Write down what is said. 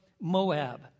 Moab